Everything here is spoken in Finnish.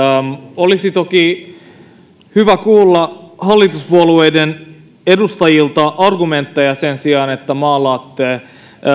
olisi toki hyvä kuulla hallituspuolueiden edustajilta argumentteja sen sijaan että maalaatte